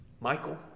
Michael